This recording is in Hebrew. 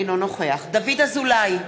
אינו נוכח דוד אזולאי,